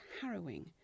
harrowing